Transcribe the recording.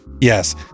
Yes